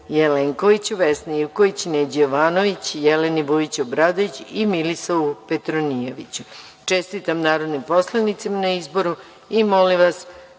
Jelenkoviću, Vesni Ivković, Neđi Jovanoviću, Jeleni Vujić Obradović i Milisavu Petronijeviću. Čestitam narodnim poslanicima na izboru i molim vas